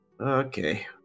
Okay